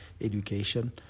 education